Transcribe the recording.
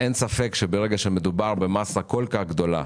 אין ספק שכשמדובר במאסה כל כך גדולה